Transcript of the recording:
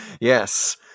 Yes